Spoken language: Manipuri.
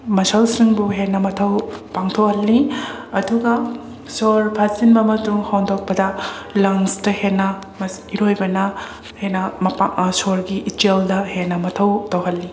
ꯃꯁꯜꯁꯤꯡꯕꯨ ꯍꯦꯟꯅ ꯃꯊꯧ ꯄꯥꯡꯊꯣꯛꯍꯜꯂꯤ ꯑꯗꯨꯒ ꯁꯣꯔ ꯐꯥꯖꯤꯟꯕ ꯃꯇꯨꯡ ꯍꯣꯟꯗꯣꯛꯄꯗ ꯂꯪꯁꯇ ꯍꯦꯟꯅ ꯏꯔꯣꯏꯕꯅ ꯍꯦꯟꯅ ꯃꯄꯥ ꯁꯣꯔꯒꯤ ꯏꯆꯦꯜꯗ ꯍꯦꯟꯅ ꯃꯊꯧ ꯇꯧꯍꯜꯂꯤ